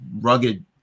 rugged